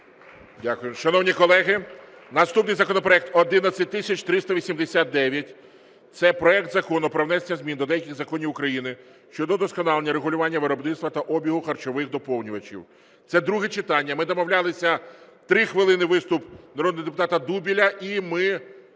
Дякую. Шановні колеги, наступний законопроект 11389. Це проект Закону про внесення змін до деяких законів України щодо удосконалення регулювання виробництва та обігу харчових доповнювачів (це друге читання). Ми домовлялися, 3 хвилини – виступ народного депутата Дубеля, і ми